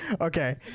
Okay